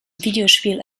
videospiel